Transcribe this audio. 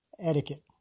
etiquette